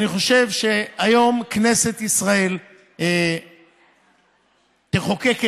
אני חושב שהיום כנסת ישראל תחוקק את